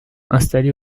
installé